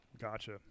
Gotcha